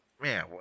Man